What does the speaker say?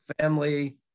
family